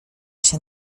się